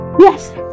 Yes